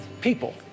people